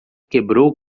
quebrou